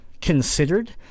considered